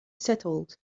settled